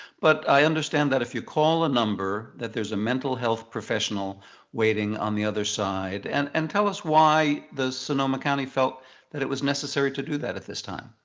but i understand that if you call the number, that there's a mental health professional waiting on the other side. and and tell us why the sonoma county felt that it was necessary to do that at this time.